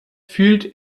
fühlt